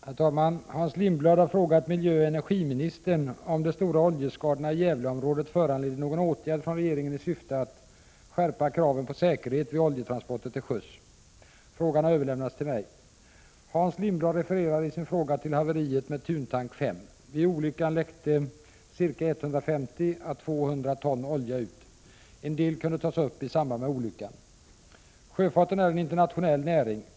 Herr talman! Hans Lindblad har frågat miljöoch energiministern om de stora oljeskadorna i Gävleområdet föranleder någon åtgärd från regeringen i syfte att skärpa kraven på säkerhet vid oljetransporter till sjöss. Frågan har överlämnats till mig. Hans Lindblad refererar i sin fråga till haveriet med Thuntank 5. Vid olyckan läckte 150 å 200 ton olja ut. En del kunde tas upp i samband med olyckan. Sjöfarten är en internationell näring.